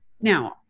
Now